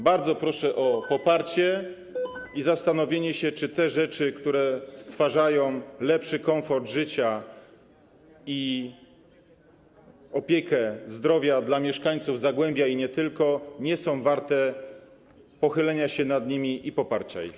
Bardzo proszę o poparcie i zastanowienie się, czy te rzeczy, które stwarzają lepszy komfort życia i dotyczą opieki zdrowotnej dla mieszkańców zagłębia i nie tylko, nie są warte pochylenia się nad nimi i poparcia ich.